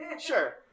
sure